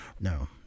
no